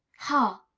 ha!